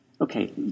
Okay